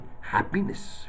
happiness